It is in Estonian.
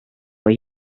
või